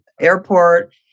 airport